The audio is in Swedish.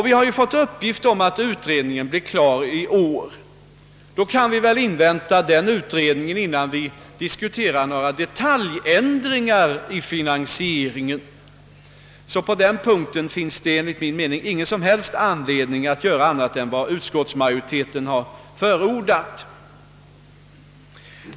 Vi har fått uppgift om att denna utredning blir klar i år, och vi kan väl invänta utredningen innan vi diskuterar några detaljändringar i finansieringen. På den punkten finns det alltså enligt min mening ingen anledning att göra annat än vad utskottsmajoriteten har förordat.